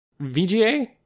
VGA